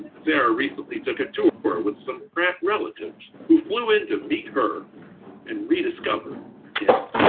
sarah recently took a tour with some pratt relatives who flew in to meet her and rediscover him.